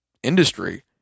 industry